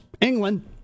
England